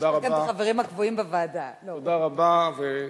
תודה רבה.